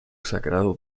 sagrado